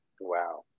Wow